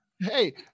hey